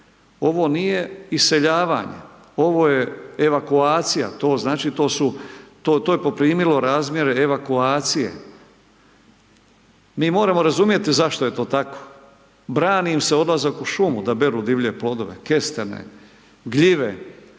ovo nije iseljavanje ovo je evakuacija to znači to su to je poprimilo razmjere evakuacije. Mi moramo razumjeti zašto je to tako, brani im se odlazak u šumu da beru divlje plodove, kestene, gljive.